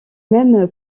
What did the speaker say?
même